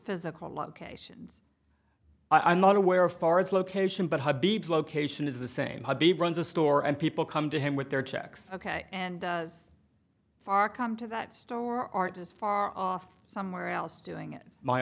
physical locations i'm not aware of far as location but habib's location is the same habib runs a store and people come to him with their checks ok and far come to that store aren't as far off somewhere else doing it my